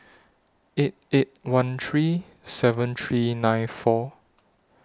eight eight one three seven three nine four